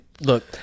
Look